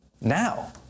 Now